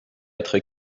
être